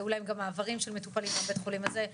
היו להם גם מעברים של מטופלים מהבית חולים הזה,